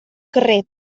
carrer